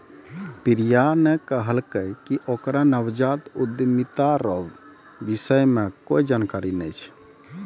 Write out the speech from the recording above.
प्रियंका ने कहलकै कि ओकरा नवजात उद्यमिता रो विषय मे कोए जानकारी नै छै